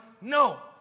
No